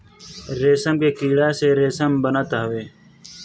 रेशम के कीड़ा से रेशम बनत हवे